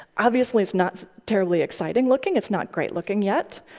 obviously, it's not terribly exciting looking, it's not great looking yet,